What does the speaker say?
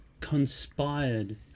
conspired